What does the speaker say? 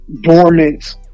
dormant